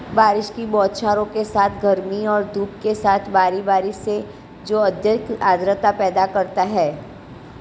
बारिश की बौछारों के साथ गर्मी और धूप के साथ बारी बारी से जो अत्यधिक आर्द्रता पैदा करता है